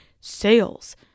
sales